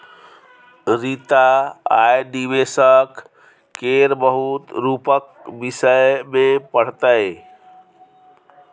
रीता आय निबेशक केर बहुत रुपक विषय मे पढ़तै